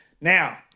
Now